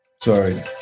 sorry